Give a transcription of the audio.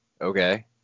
Okay